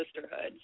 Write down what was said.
sisterhood